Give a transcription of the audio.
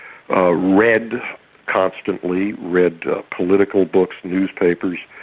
ah read constantly, read political books, newspapers,